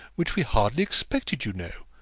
which we hardly expected, you know.